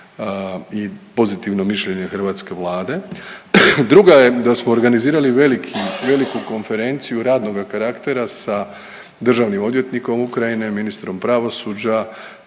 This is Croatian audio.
i pozitivno mišljenje hrvatske Vlade. Druga je da smo organizirali veliki, veliku konferenciju radnoga karaktera sa državnim odvjetnikom Ukrajine, ministrom pravosuđa,